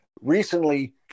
recently